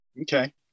Okay